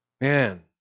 Man